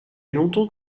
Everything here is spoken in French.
longtemps